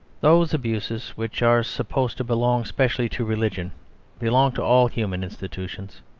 those abuses which are supposed to belong specially to religion belong to all human institutions.